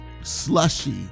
slushy